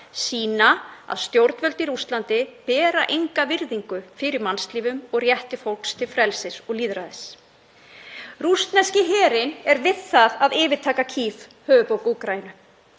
sýna að stjórnvöld í Rússlandi bera enga virðingu fyrir mannslífum og rétti fólks til frelsis og lýðræðis. Rússneski herinn er við það að yfirtaka Kiev, höfuðborg Úkraínu.